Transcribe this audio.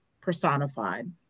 personified